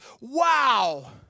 Wow